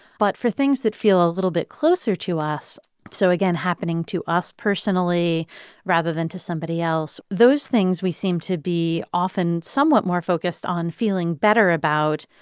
but for things that feel a little bit closer to us so again, happening to us personally rather than to somebody else those things we seem to be often somewhat more focused on feeling better about.